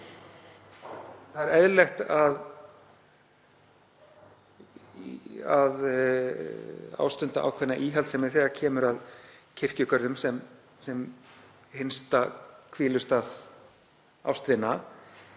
Það er eðlilegt að viðhafa ákveðna íhaldssemi þegar kemur að kirkjugörðum sem hinsta hvílustað ástvina.